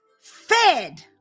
fed